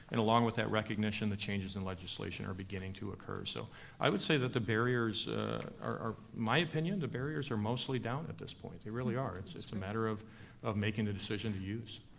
and along with that recognition, the changes in legislation are beginning to occur. so i would say that the barriers are, my opinion, the barriers are mostly down at this point, they really are, it's it's a matter of of making the decision to use.